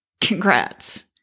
congrats